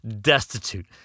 destitute